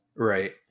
Right